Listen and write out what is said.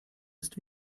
ist